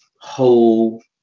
whole